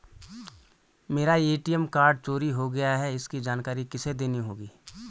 मेरा ATM card चोरी हो गया है इसकी जानकारी किसे देनी होगी?